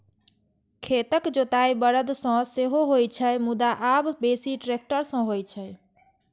खेतक जोताइ बरद सं सेहो होइ छै, मुदा आब बेसी ट्रैक्टर सं होइ छै